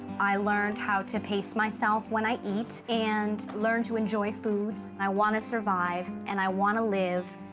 i learned how to pace myself when i eat and learned to enjoy foods. i want to survive, and i want to live,